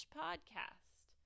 podcast